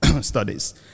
studies